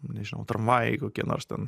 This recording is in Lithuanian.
nežinau tramvajai kokie nors ten